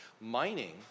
Mining